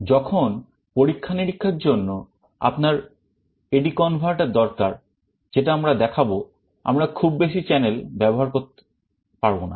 যখন পরীক্ষা নিরীক্ষার জন্য আপনার AD converter দরকার যেটা আমরা দেখাবো আমরা খুব বেশি channel ব্যবহার করব না